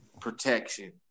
protection